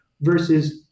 versus